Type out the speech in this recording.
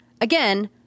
Again